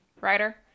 writer